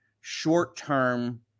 short-term